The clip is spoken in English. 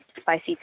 spicy